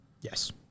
Yes